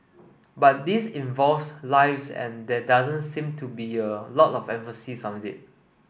but this involves lives and there doesn't seem to be a lot of emphasis on it